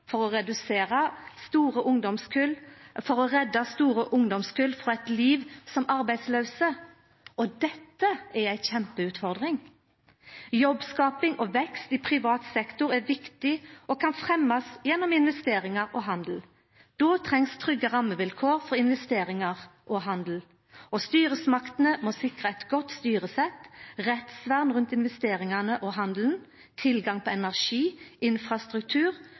for å redda store ungdomskull frå eit liv som arbeidslause. Dette er ei kjempeutfordring. Jobbskaping og vekst i privat sektor er viktig og kan fremmast gjennom investeringar og handel. Då trengst trygge rammevilkår for investeringar og handel, og styresmaktene må sikra eit godt styresett, rettsvern rundt investeringane og handelen, tilgang på energi, infrastruktur